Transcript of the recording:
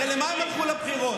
הרי למה הם הלכו לבחירות?